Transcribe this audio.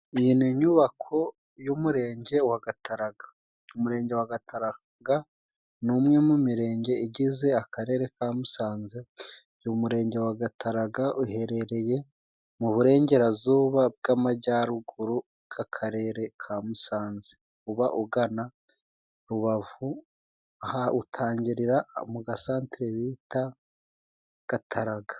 Iyi ni inyubako y'umurenge wa Gataraga. Umurenge wa Gataraga ni umwe mu mirenge igize akarere ka Musanze. Uyu murenge wa Gataraga uherereye mu burengerazuba bw'amajyaruguru k'akarere ka Musanze uba ugana Rubavu aha utangirira mu gasantere bita Gataraga.